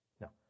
No